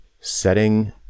setting